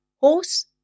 Horse